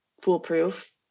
foolproof